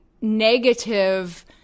negative